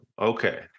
Okay